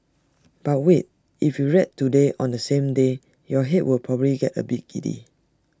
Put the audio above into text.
but wait if you read today on the same day your Head will probably get A bit giddy